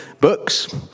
books